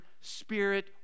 spirit